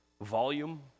volume